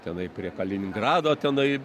tenai prie kaliningrado tenai